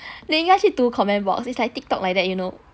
你应该去读 comment box it's like TikTok like that you know